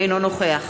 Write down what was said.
אינו נוכח